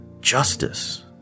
justice